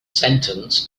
sentence